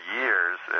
years